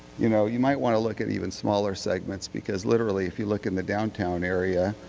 you know you might want to look at even smaller segments because literally if you look in the downtown area,